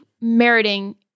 meriting